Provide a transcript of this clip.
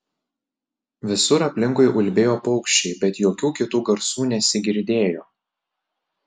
visur aplinkui ulbėjo paukščiai bet jokių kitų garsų nesigirdėjo